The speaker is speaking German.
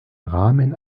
rahmen